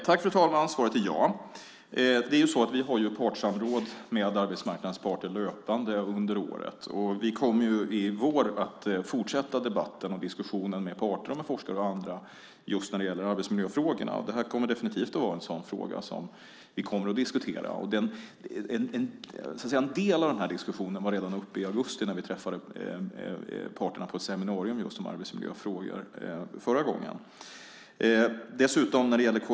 Fru talman! Svaret är ja. Vi har partssamråd med arbetsmarknadsparter löpande under året. Vi kommer i vår att fortsätta debatten och diskussionen med parter, forskare och andra när det gäller just arbetsmiljöfrågorna. Detta kommer definitivt att vara en sådan fråga som vi kommer att diskutera. En del av diskussionen var uppe redan i augusti när vi träffade parterna på ett seminarium om arbetsmiljöfrågor.